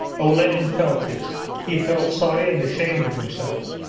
olenin felt this. he felt sorry and ashamed of himself,